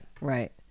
Right